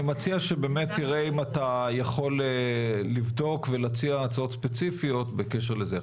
אני מציע שבאמת תראה אם אתה יכול לבדוק ולהציע הצעות ספציפיות בקשר לזה.